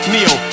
Neo